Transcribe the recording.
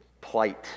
plight